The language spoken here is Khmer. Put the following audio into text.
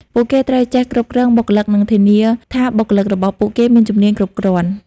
ពួកគេត្រូវចេះគ្រប់គ្រងបុគ្គលិកនិងធានាថាបុគ្គលិករបស់ពួកគេមានជំនាញគ្រប់គ្រាន់។